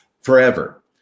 forever